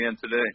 today